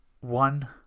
One